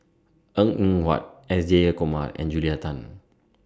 Png Eng Huat S Jayakumar and Julia Tan